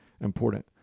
important